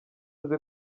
azi